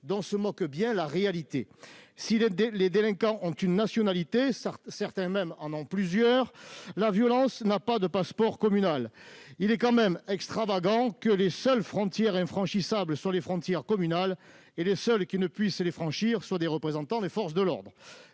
dont se moque bien la réalité. Si les délinquants ont une nationalité - certains en ont même plusieurs -, la violence n'a pas de passeport communal. Il est tout de même extravagant que les seules frontières infranchissables soient les frontières communales et que les seuls qui ne puissent les franchir soient les représentants des forces de l'ordre.